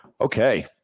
Okay